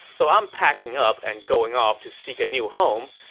so i'm packing up and going off to seek a new home.